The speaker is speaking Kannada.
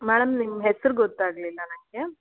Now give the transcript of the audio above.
ಮೇಡಮ್ ನಿಮ್ಮ ಹೆಸರು ಗೊತ್ತಾಗಲಿಲ್ಲ ನನಗೆ